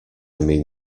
mean